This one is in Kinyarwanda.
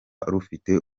rufite